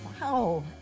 Wow